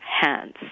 hands